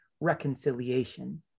reconciliation